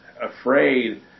afraid